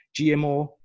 GMO